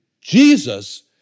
Jesus